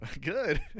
Good